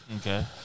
Okay